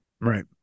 Right